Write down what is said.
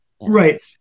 Right